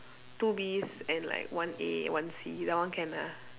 two Bs and like one A one C that one can ah